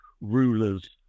rulers